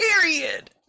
Period